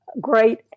great